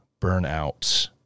Burnout